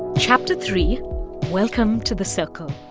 chapter three welcome to the circle.